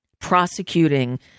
prosecuting